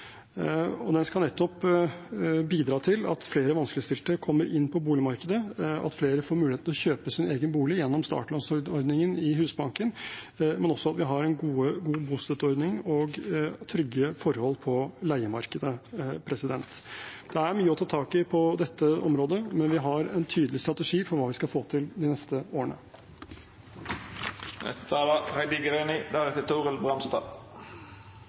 Den skal nettopp bidra til at flere vanskeligstilte kommer inn på boligmarkedet, og at flere får mulighet til å kjøpe sin egen bolig gjennom startlånsordningen i Husbanken, men også at vi har en god bostøtteordning og trygge forhold på leiemarkedet. Det er mye å ta tak i på dette området, men vi har en tydelig strategi for hva vi skal få til de neste årene.